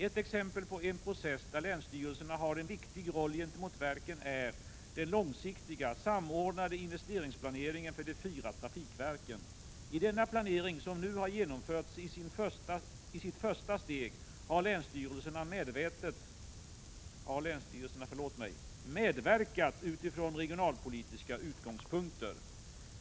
Ett exempel på en process där länsstyrelserna har en viktig roll gentemot verken är den långsiktiga, samordnade investeringsplaneringen för de fyra trafikverken. I denna planering, som nu har genomförts i sitt första steg, har länsstyrelserna medverkat utifrån regionalpolitiska utgångspunkter.